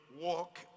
walk